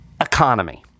economy